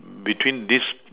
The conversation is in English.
between this